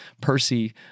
Percy